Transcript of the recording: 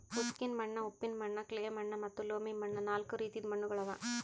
ಉಸುಕಿನ ಮಣ್ಣ, ಉಪ್ಪಿನ ಮಣ್ಣ, ಕ್ಲೇ ಮಣ್ಣ ಮತ್ತ ಲೋಮಿ ಮಣ್ಣ ನಾಲ್ಕು ರೀತಿದು ಮಣ್ಣುಗೊಳ್ ಅವಾ